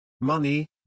Money